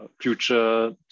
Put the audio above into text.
future